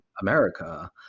America